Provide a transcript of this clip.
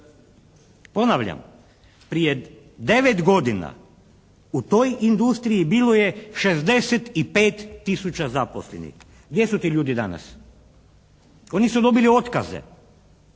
Ponavljam, prije 9 godina u toj industriji bilo je 65 tisuća zaposlenih. Gdje su ti ljudi danas? Oni su dobili otkaze,